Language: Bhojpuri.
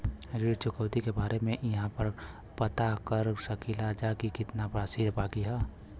ऋण चुकौती के बारे इहाँ पर पता कर सकीला जा कि कितना राशि बाकी हैं?